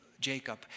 Jacob